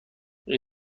این